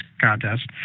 contest